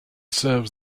serves